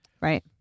Right